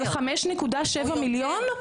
על 5.7 מיליון?